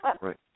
Right